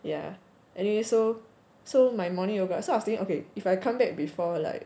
ya anyway so so my morning yoga so I was thinking okay if I come back before like